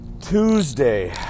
Tuesday